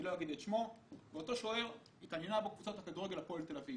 אותו שוער כנראה רצה להגיע לקבוצת הכדורגל הפועל תל אביב.